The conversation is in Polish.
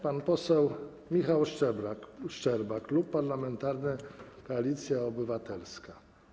Pan poseł Michał Szczerba, Klub Parlamentarny Koalicja Obywatelska.